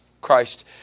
Christ